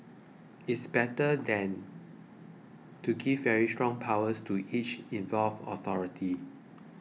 it's better than to give very strong powers to each involved authority